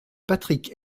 patrick